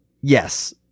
Yes